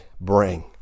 bring